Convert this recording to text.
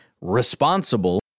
responsible